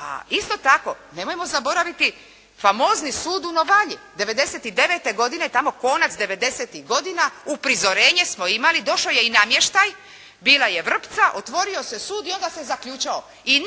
A isto tako nemojmo zaboraviti famozni sud u Novalji, 99. godine, tamo konac 90-tih godina, uprizorenje smo imali, došao je i namještaj, bila je i vrpca, otvorio se sud i onda se zaključao i